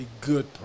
good